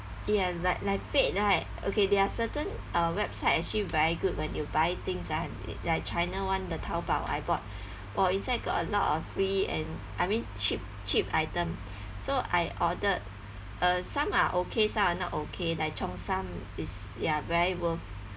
ya like like fave right okay there are certain uh website actually very good when you buy things ah like china one the taobao I bought !wow! inside got a lot of free and I mean cheap cheap item so I ordered uh some are okay some are not okay like cheong-sam it's ya very worth